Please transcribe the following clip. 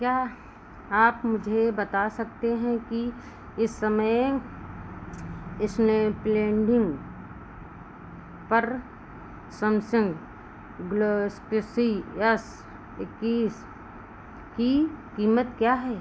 क्या आप मुझे बता सकते हैं कि इस समय इस्नैपडील पर सैमसन्ग गैलेक्सी एस इक्कीस की कीमत क्या है